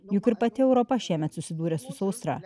juk ir pati europa šiemet susidūrė su sausra